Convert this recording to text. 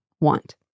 want